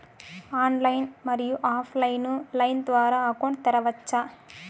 Online, మరియు offline line ద్వారా అకౌంట్ తెరవచ్చా?